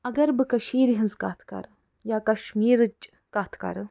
اگر بہٕ کٔشیٖرِ ہنٛز کتھ کرٕ یا کشمیٖرٕچ کتھ کرٕ